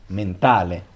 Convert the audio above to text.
mentale